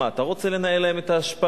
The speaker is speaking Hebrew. מה, אתה רוצה לנהל להם את האשפה?